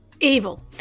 evil